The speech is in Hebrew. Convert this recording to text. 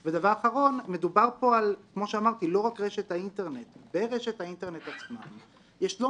הוא בא ואומר שלאותם מקרים שהם ללא